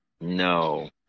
No